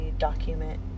document